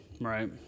Right